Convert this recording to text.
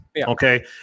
Okay